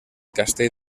castell